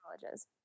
colleges